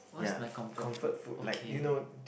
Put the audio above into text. what's my comfort food okay